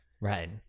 Right